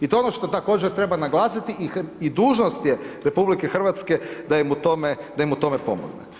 I to je ono što također treba naglasiti i dužnost je RH da im u tome pomogne.